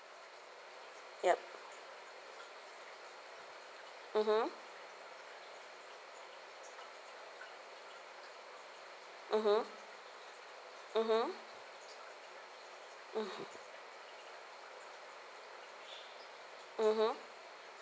yup mmhmm